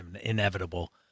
inevitable